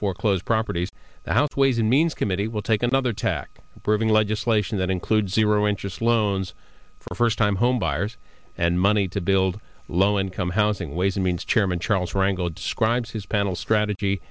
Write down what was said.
foreclosed properties the house ways and means committee will take another tack bruising legislation that includes zero interest loans for first time home buyers and money to build low income housing ways and means chairman charles rangle describes his panel strategy